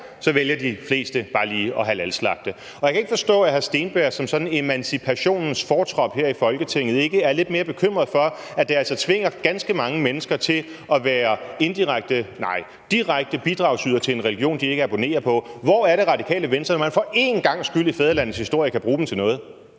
vælger de fleste bare lige at halalslagte. Jeg kan ikke forstå, at hr. Steenberg som emancipationens fortrop her i Folketinget ikke er lidt mere bekymret for, at det altså tvinger ganske mange mennesker til at være indirekte – nej, direkte – bidragsydere til en religion, de ikke abonnerer på. Hvor er Det Radikale Venstre, når man for en gangs skyld i fædrelandets historie kan bruge dem til noget?